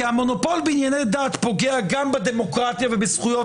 כי המונופול בענייני דת פוגע גם בדמוקרטיה ובזכויות